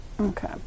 Okay